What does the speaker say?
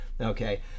Okay